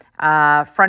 Front